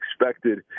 expected